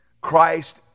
Christ